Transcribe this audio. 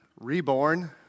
Reborn